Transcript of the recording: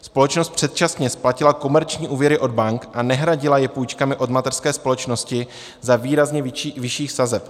Společnost předčasně splatila komerční úvěry od bank a nehradila je půjčkami od mateřské společnosti za výrazně vyšších sazeb.